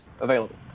available